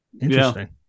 Interesting